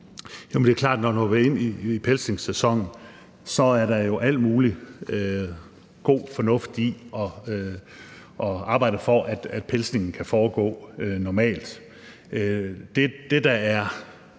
Det er jo klart, at der, når vi når ind i pelsningssæsonen, så er al mulig god fornuft i at arbejde for, at pelsningen kan foregå normalt.